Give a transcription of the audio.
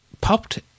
popped